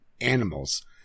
animals